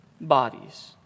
bodies